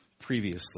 previously